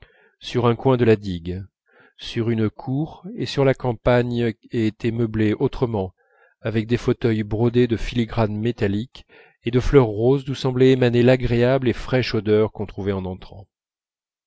sur un coin de la digue sur une cour et sur la campagne et était meublée autrement avec des fauteuils brodés de filigranes métalliques et de fleurs roses d'où semblait émaner l'agréable et fraîche odeur qu'on trouvait en entrant